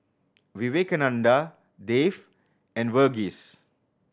Vivekananda Dev and Verghese